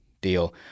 deal